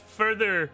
further